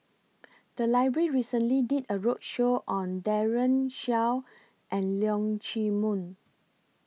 The Library recently did A roadshow on Daren Shiau and Leong Chee Mun